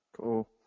Cool